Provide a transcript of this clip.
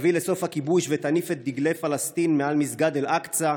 שתביא לסוף הכיבוש ותניף את דגלי פלסטין מעל מסגד אל-אקצא,